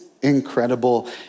incredible